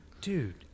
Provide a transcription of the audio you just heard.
dude